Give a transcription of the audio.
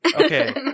Okay